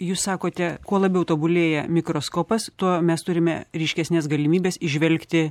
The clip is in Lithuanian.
jūs sakote kuo labiau tobulėja mikroskopas tuo mes turime ryškesnes galimybes įžvelgti